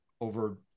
over